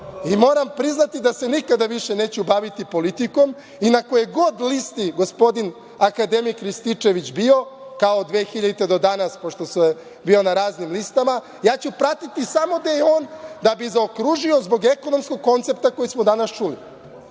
Moram priznati da se nikada više neću baviti politikom i na kojoj god listi gospodin akademik Rističević bio, kao 2000. godine do danas, pošto je bio na raznim listama, ja ću pratiti samo gde je on, da bi zaokružio zbog ekonomskog koncepta koji smo danas